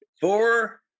Four